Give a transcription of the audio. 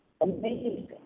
Amazing